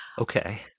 Okay